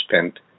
spent